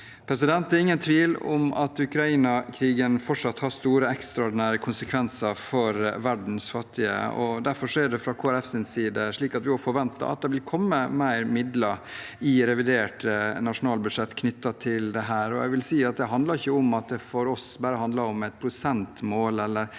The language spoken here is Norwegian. fattige.» Det er ingen tvil om at Ukraina-krigen fortsatt har store ekstraordinære konsekvenser for verdens fattige. Derfor er det fra Kristelig Folkepartis side slik at vi også forventer at det vil komme mer midler i revidert nasjonalbudsjett knyttet til dette. Jeg vil si at det for oss ikke bare handler om et prosentmål